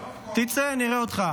תצא, נראה אותך.